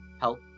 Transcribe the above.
help